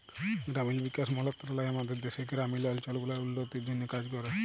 গেরামিল বিকাশ মলত্রলালয় আমাদের দ্যাশের গেরামিল অলচল গুলার উল্ল্য তির জ্যনহে কাজ ক্যরে